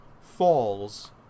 falls